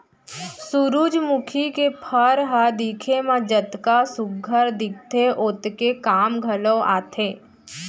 सुरूजमुखी के फर ह दिखे म जतका सुग्घर दिखथे ओतके काम घलौ आथे